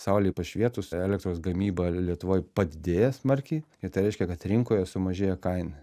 saulei pašvietus elektros gamyba lietuvoj padidės smarkiai ir tai reiškia kad rinkoje sumažėja kaina